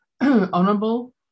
honorable